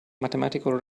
mathematical